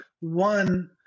One